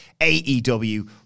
AEW